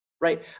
Right